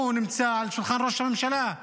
הוא נמצא על שולחן ראש הממשלה.